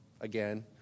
again